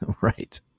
Right